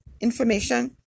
information